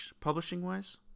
publishing-wise